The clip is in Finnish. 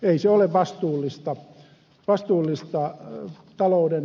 ei se ole vastuullista taloudenhoitoa